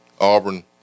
auburn